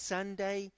Sunday